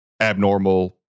abnormal